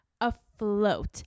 afloat